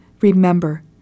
remember